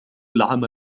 العام